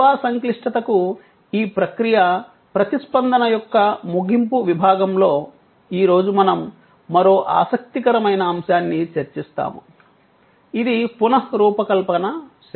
సేవా సంక్లిష్టతకు ఈ ప్రక్రియ ప్రతిస్పందన యొక్క ముగింపు విభాగంలో ఈ రోజు మనం మరో ఆసక్తికరమైన అంశాన్ని చర్చిస్తాము ఇది పునఃరూపకల్పన సేవలు